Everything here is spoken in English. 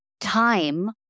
time